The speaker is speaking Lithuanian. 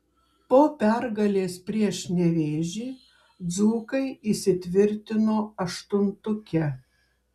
po pergalės prieš nevėžį dzūkai įsitvirtino aštuntuke